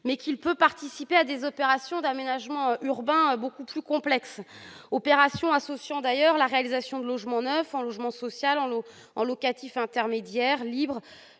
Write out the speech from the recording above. le Pinel peut participer à des opérations d'aménagement urbain beaucoup plus complexes. Ces opérations associent la réalisation de logements neufs, en locatif social comme en locatif intermédiaire ou libre,